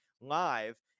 live